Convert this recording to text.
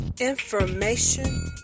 information